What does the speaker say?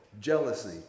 jealousy